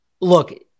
look